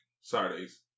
Saturdays